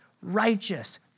righteous